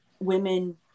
Women